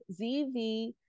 ZV